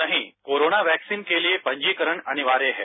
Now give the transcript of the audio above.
नहीं corona vaccine के लिए ये पंजीकरण अनिवार्य है